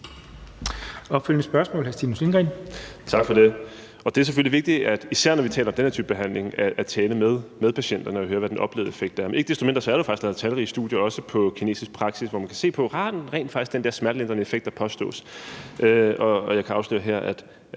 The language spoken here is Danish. Lindgreen. Kl. 12:00 Stinus Lindgreen (RV): Tak for det. Det er selvfølgelig vigtigt, især når vi taler om den her type behandling, at tale med patienterne og høre, hvad den oplevede effekt er. Men ikke desto mindre er der jo faktisk lavet talrige studier også af kinesisk praksis, hvor man kan se, om akupunktur nu rent faktisk har den der smertelindrende effekt, som det påstås. Og jeg kan afsløre her, at